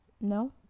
No